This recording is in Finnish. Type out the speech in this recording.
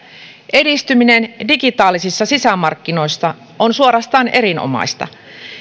edistyminen digitaalisissa sisämarkkinoissa on suorastaan erinomaista